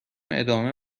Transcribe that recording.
ادامه